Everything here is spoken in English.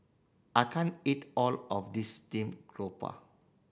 I can't eat all of this steamed garoupa